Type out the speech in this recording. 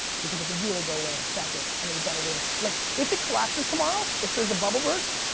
because it could really go away in a second, and then you've gotta wait, like if it collapsed tomorrow, if there's a bubble burst,